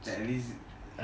at least